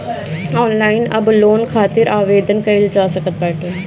online अब loan खातिर आवेदन कईल जा सकत बाटे